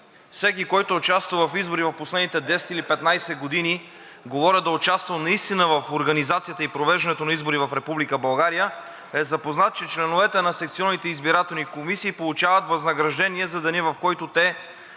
всеки, който е участвал в избори в последните 10 или 15 години – говоря да е участвал наистина в организацията и провеждането на избори в Република България, е запознат, че членовете на секционните избирателни комисии получават възнаграждения за деня, в който те